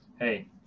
hey